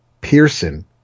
Pearson